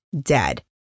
dead